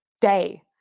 day